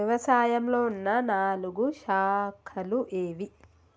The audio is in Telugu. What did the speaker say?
వ్యవసాయంలో ఉన్న నాలుగు శాఖలు ఏవి?